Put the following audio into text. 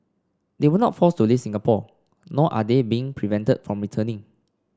they were not forced to leave Singapore nor are they being prevented from returning